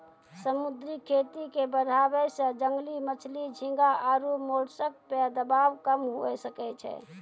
समुद्री खेती के बढ़ाबै से जंगली मछली, झींगा आरु मोलस्क पे दबाब कम हुये सकै छै